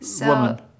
woman